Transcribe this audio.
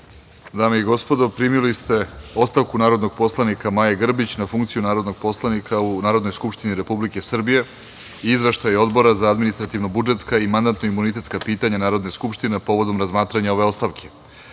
i gospodo, primili ste ostavku narodnog poslanika Maje Grbić na funkciju narodnog poslanika u Narodnoj skupštini Republike Srbije i Izveštaj Odbora za administrativno-budžetska i mandatno-imunitetska pitanja Narodne skupštine povodom razmatranja ove ostavke,